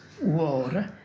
war